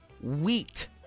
wheat